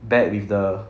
bet with the